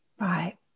Right